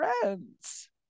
friends